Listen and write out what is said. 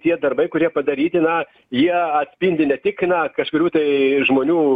tie darbai kurie padaryti na jie atspindi ne tik na kažkurių tai žmonių